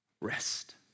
rest